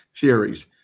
theories